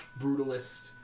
brutalist